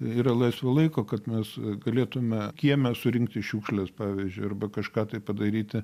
yra laisvo laiko kad mes galėtume kieme surinkti šiukšles pavyzdžiui arba kažką tai padaryti